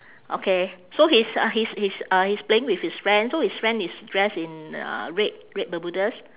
okay so he's uh he's he's uh he's playing with his friend so his friend is dressed in uh red red bermudas